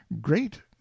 great